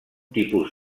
tipus